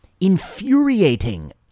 infuriating